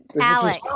Alex